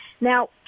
Now